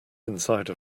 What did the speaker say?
inside